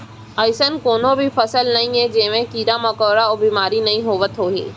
अइसन कोनों भी फसल नइये जेमा कीरा मकोड़ा अउ बेमारी नइ होवत होही